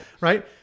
right